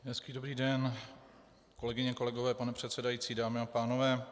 Hezký dobrý den, kolegyně, kolegové, pane předsedající, dámy a pánové.